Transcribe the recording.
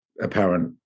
apparent